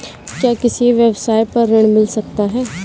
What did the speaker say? क्या किसी व्यवसाय पर ऋण मिल सकता है?